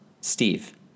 Steve